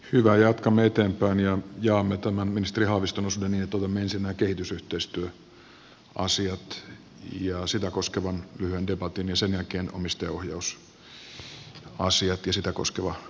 hyvä jatkamme eteenpäin ja jaamme tämän ministeri haaviston osuuden niin että otamme ensin nämä kehitysyhteistyöasiat ja sitä koskevan lyhyen debatin ja sen jälkeen omistajaohjausasiat ja sitä koskevan debatin